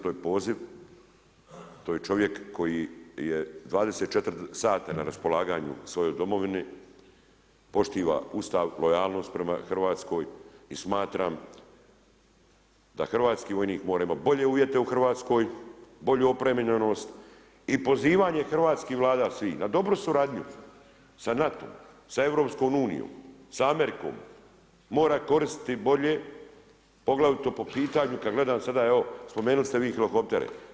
To je poziv, to je čovjek koji je 24 sata na raspolaganju svojoj domovini, poštiva Ustav, lojalnost prema Hrvatskoj i smatram, da hrvatski vojnik mora imati bolje uvjete u Hrvatskoj, bolju i opremljenost i pozivanje hrvatskih Vlada svih na dobru suradnju sa NATO-om, sa Europskom unijom, sa Amerikom mora koristiti bolje poglavito po pitanju kad gledam sada evo spomenuli ste vi helikoptere.